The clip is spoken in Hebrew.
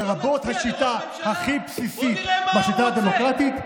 לרבות השיטה הכי בסיסית בשיטה הדמוקרטית,